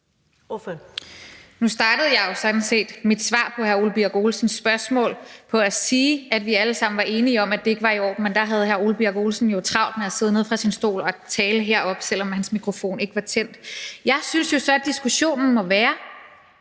Nu startede jeg jo sådan set mit svar på hr. Ole Birk Olesens spørgsmål med at sige, at vi alle sammen var enige om, er det ikke var i orden, men der havde hr. Ole Birk Olesen jo travlt med at sidde nede fra sin stol og tale herop, selv om hans mikrofon ikke var tændt. Jeg synes jo så, at diskussionen må handle